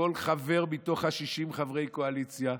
תלמדו מכל חבר מתוך 60 חברי הקואליציה.